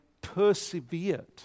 persevered